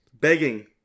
Begging